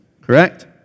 Correct